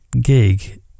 gig